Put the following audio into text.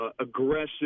aggressive